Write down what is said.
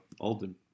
Alden